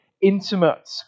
intimate